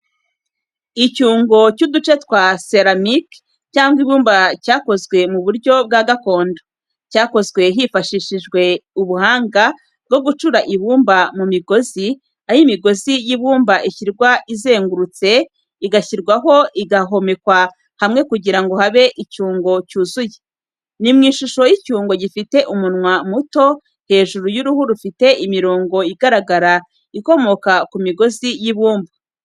Icyungo cy’uduce twa seramiki cyangwa ibumba cyakozwe mu buryo bwa gakondo. Cyakozwe hifashishijwe ubuhanga bwo gucura ibumba mu migozi, aho imigozi y’ibumba ishyirwa izengurutse, igashyirwaho igahomekwa hamwe kugira ngo habe icyungo cyuzuye. Ni mu ishusho y’icyungo gifite umunwa muto hejuru n’uruhu rufite imirongo igaragara ikomoka ku migozi y’ibumba.